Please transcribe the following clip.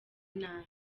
nabi